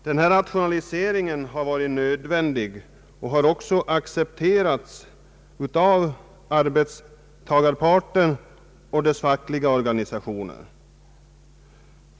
Denna rationalisering har varit nödvändig, och den har också accepterats av arbetstagarparten och dess fackliga organisation.